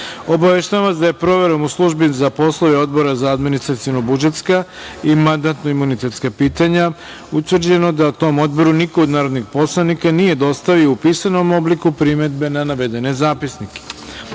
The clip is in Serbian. vas da je proverom u službi za poslove Odbora za administrativno-budžetska i mandatno-imunitetska pitanja utvrđeno da tom odboru niko od narodnih poslanika nije dostavio u pisanom obliku primedbe na navedene zapisnike. Prelazimo